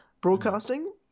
broadcasting